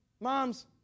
moms